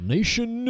Nation